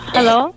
Hello